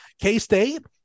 K-State